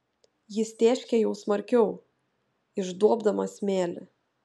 jis tėškė jau smarkiau išduobdamas smėlį